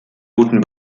guten